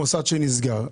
ממוסד שנסגר.